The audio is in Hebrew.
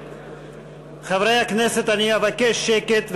חברי הכנסת, אני אבקש שקט.